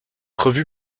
revue